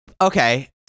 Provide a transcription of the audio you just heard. Okay